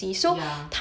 ya